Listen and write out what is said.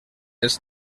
els